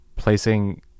Placing